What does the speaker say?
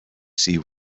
see